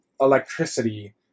electricity